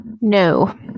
No